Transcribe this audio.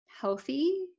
healthy